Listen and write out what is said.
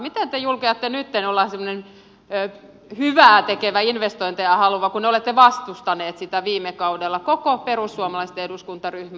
miten te julkeatte nytten olla semmoinen hyvää tekevä investointeja haluava kun olette vastustaneet sitä viime kaudella koko perussuomalaisten eduskuntaryhmä